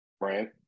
right